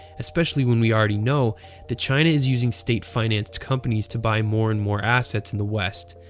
especially when we already know that china is using state financed companies to buy more and more assets in the west.